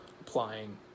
applying